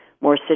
more